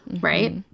right